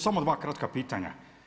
Samo dva kratka pitanja.